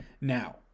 Now